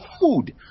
food